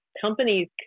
companies